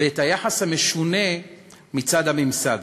ואת היחס המשונה מצד הממסד.